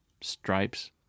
Stripes